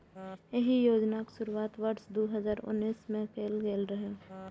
एहि योजनाक शुरुआत वर्ष दू हजार उन्नैस मे कैल गेल रहै